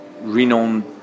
renowned